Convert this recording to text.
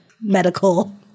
medical